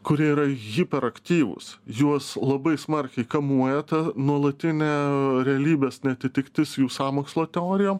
kur yra hiperaktyvūs juos labai smarkiai kamuoja ta nuolatinė realybės neatitiktis jų sąmokslo teorijom